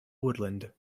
woodland